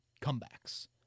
comebacks